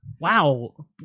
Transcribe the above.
Wow